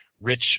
rich